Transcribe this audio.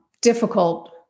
difficult